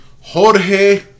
Jorge